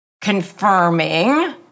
confirming